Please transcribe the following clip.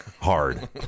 hard